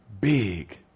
big